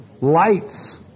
Lights